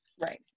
Right